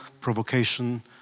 provocation